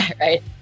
right